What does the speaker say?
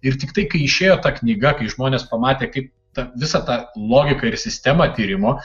ir tiktai kai išėjo ta knyga kai žmonės pamatė kaip tą visą tą logiką ir sistemą tyrimo